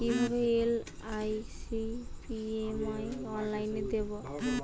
কিভাবে LIC premium অনলাইনে দেবো?